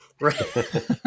right